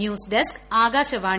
news desk Akashvani